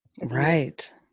Right